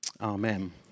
Amen